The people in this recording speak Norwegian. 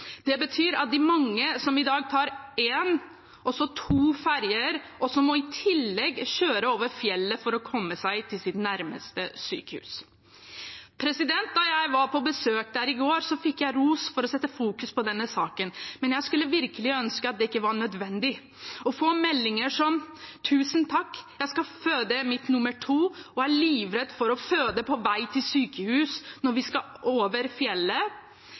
Det betyr at de mange som i dag tar én ferje og så to ferjer, i tillegg må kjøre over fjellet for å komme seg til sitt nærmeste sykehus. Da jeg var på besøk der i går, fikk jeg ros for å fokusere på denne saken, men jeg skulle virkelig ønske at det ikke var nødvendig å få meldinger som: Tusen takk! Jeg skal føde mitt barn nr. to og er livredd for å føde på vei til sykehuset når vi skal over fjellet.